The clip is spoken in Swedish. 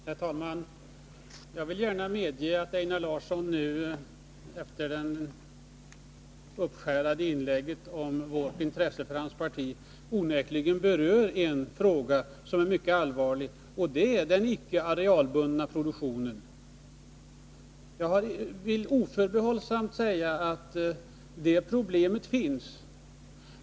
Herr talman! Jag vill gärna medge att Einar Larsson nu, efter det uppskärrade inlägget om vårt intresse för hans parti, onekligen berör en fråga som är mycket allvarlig, och det är den icke arealbundna produktionen. Jag vill oförbehållsamt säga att det problemet finns.